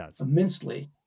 immensely